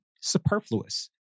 superfluous